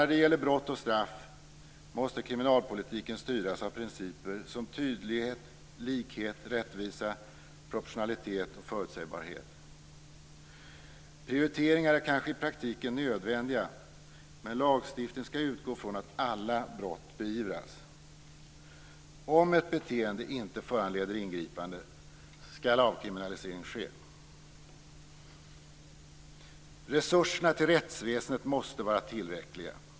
När det gäller brott och straff, måste kriminalpolitiken styras av principer som tydlighet, likhet, rättvisa, proportionalitet och förutsägbarhet. Prioriteringar kanske i praktiken är nödvändiga, men lagstiftningen skall utgå från att alla brott beivras. Om ett beteende inte föranleder ingripande skall avkriminalisering ske. Resurserna till rättsväsendet måste vara tillräckliga.